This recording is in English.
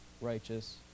righteous